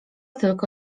tylko